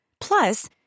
Plus